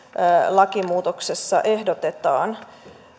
lakimuutoksessa ehdotetaan